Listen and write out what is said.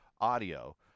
audio